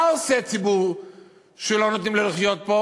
מה עושה ציבור שלא נותנים לו לחיות פה?